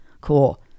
Cool